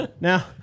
now